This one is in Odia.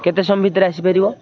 କେତେ ସମୟ ଭିତରେ ଆସିପାରିବ